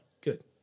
Good